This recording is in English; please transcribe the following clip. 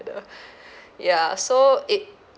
ya so it